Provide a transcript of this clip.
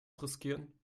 riskieren